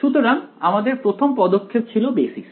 সুতরাং আমাদের প্রথম পদক্ষেপ ছিল বেসিস